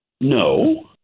no